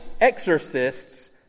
exorcists